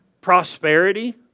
prosperity